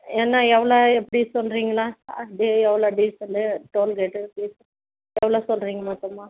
என்ன எவ்வளோ எப்படி சொல்கிறிங்ளா அப்டி எவ்வளோ டீசலு டோல்கேட்டு எவ்வளோ சொல்கிறிங் மொத்தமாக